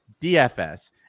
DFS